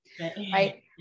right